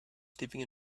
sleeping